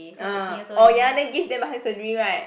ah orh ya then give them plastic surgery right